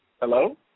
Hello